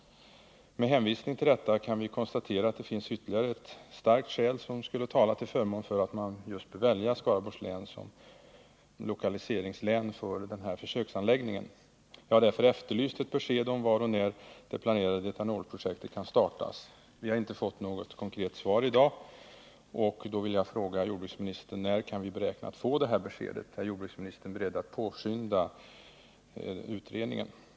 Med hänvisning till detta kan vi konstatera att det finns ytterligare ett starkt skäl som talar för att man bör välja just Skaraborgs län vid lokaliseringen av denna försöksanläggning. Jag har därför efterlyst besked om var och när det planerade etanolprojektet kan startas. Jag har inte fått något konkret svar i dag men vill fråga jordbruksministern: När kan man räkna med att få besked? Är jordbruksministern beredd att påskynda utredningen?